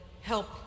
help